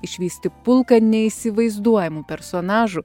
išvysti pulką neįsivaizduojamų personažų